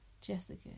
Jessica